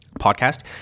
podcast